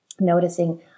noticing